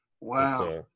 wow